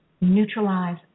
neutralize